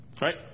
Right